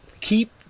Keep